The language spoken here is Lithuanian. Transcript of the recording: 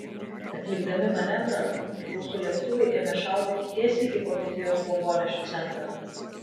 atlikdami manevrą rusų lėktuvai ėmė šaudyti tiesiai į vokietijos bombonešių centrą